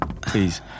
Please